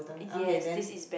yes this is bad